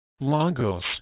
Lagos